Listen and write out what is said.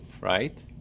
right